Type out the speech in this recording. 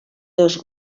dos